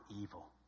evil